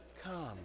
come